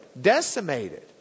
decimated